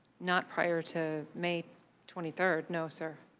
not prior to may twenty third, no sir.